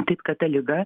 taip kad ta liga